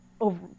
over